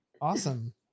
awesome